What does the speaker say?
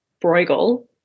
Bruegel